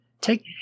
take